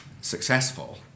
successful